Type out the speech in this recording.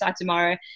tomorrow